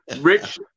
Rich